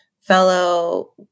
fellow